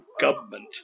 government